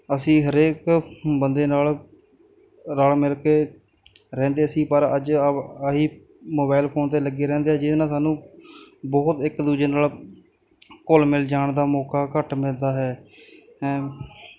ਅਸੀਂ ਹਰੇਕ ਬੰਦੇ ਨਾਲ ਰਲ ਮਿਲ ਕੇ ਰਹਿੰਦੇ ਸੀ ਪਰ ਅੱਜ ਆਪ ਆਹੀ ਮੋਬੈਲ ਫੋਨ 'ਤੇ ਲੱਗੇ ਰਹਿੰਦੇ ਆ ਜਿਹਦੇ ਨਾਲ ਸਾਨੂੰ ਬਹੁਤ ਇੱਕ ਦੂਜੇ ਨਾਲ ਘੁੱਲ ਮਿਲ ਜਾਣ ਦਾ ਮੌਕਾ ਘੱਟ ਮਿਲਦਾ ਹੈ